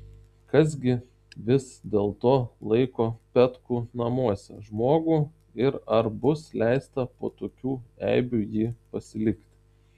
kas gi vis dėlto laiko petkų namuose žmogų ir ar bus leista po tokių eibių jį pasilikti